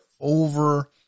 over